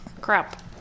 Crap